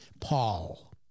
Paul